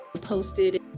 posted